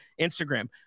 Instagram